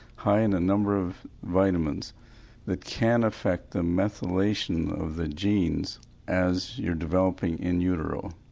high in a number of vitamins that can affect the methylation of the genes as you're developing in utero.